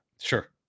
Sure